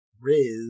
Riz